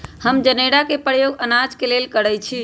हम जनेरा के प्रयोग अनाज के लेल करइछि